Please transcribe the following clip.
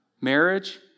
Marriage